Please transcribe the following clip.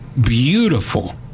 beautiful